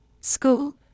school